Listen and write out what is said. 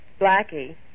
Blackie